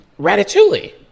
Ratatouille